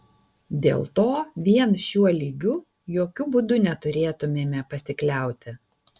dėl to vien šiuo lygiu jokiu būdu neturėtumėme pasikliauti